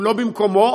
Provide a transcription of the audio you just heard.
לא במקומו,